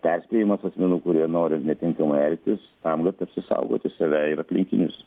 perspėjimas asmenų kurie nori netinkamai elgtis tam kad apsisaugoti save ir aplinkinius